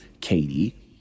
Katie